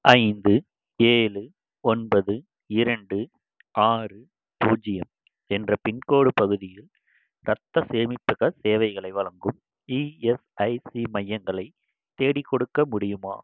ஐந்து ஏழு ஒன்பது இரண்டு ஆறு பூஜ்யம் என்ற பின்கோடு பகுதியில் ரத்த சேமிப்பக சேவைகளை வழங்கும் இஎஸ்ஐசி மையங்களை தேடிக்கொடுக்க முடியுமா